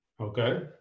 Okay